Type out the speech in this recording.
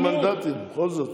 הוא קיבל 30 מנדטים, בכל זאת.